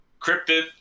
Cryptid